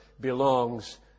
belongs